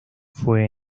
fue